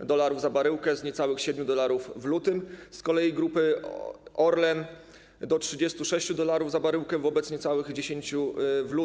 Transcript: dolarów za baryłkę z niecałych 7 dolarów w lutym, z kolei Grupy Orlen - do 36 dolarów za baryłkę wobec niecałych 10 dolarów w lutym.